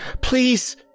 Please